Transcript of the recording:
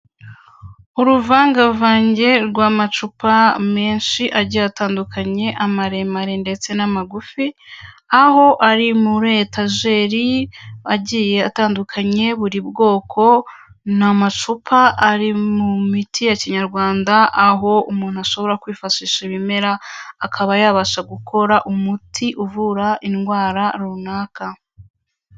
Uruvangavange rw'amacupa menshi agiye atandukanye, amaremare ndetse n'amagufi, aho ari muri etajeri agiye atandukanye buri bwoko, ni amacupa ari mu miti ya kinyarwanda, aho umuntu ashobora kwifashisha ibimera, akaba yabasha gukora umuti uvura indwara runaka.